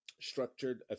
structured